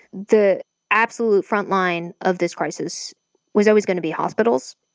the absolute frontline of this crisis was always going to be hospitals.